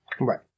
Right